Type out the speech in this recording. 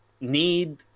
need